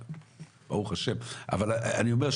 אומרת,